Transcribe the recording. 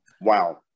Wow